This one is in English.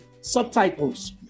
subtitles